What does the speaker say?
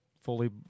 fully